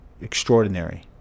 extraordinary